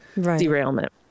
derailment